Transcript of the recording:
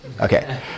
Okay